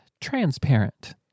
transparent